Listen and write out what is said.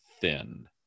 thin